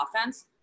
offense